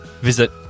Visit